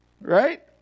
Right